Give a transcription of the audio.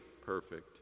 perfect